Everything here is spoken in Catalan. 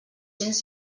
cents